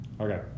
okay